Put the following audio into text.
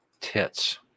tits